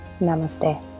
Namaste